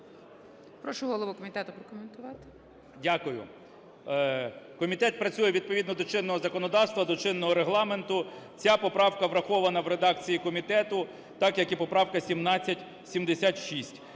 Прошу голову комітету прокоментувати. 16:25:19 КНЯЖИЦЬКИЙ М.Л. Дякую. Комітет працює відповідно до чинного законодавства, до чинного Регламенту. Ця поправка врахована в редакції комітету так, як і поправка 1776.